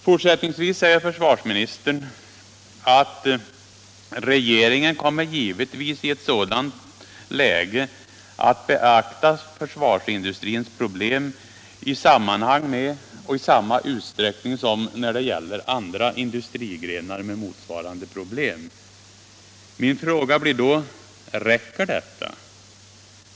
Fortsättningsvis säger försvarsministern: ”Regeringen kommer givetvis i ett sådant läge att beakta försvarsindustrins problem i sammanhang med och i samma utsträckning som när det gäller andra industrigrenar med motsvarande problem.” Min fråga blir då: Räcker detta?